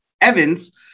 Evans